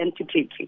entity